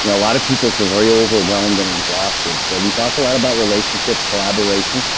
you know a lot of people feel very overwhelmed and exhausted so we talk a lot about relationships, collaboration.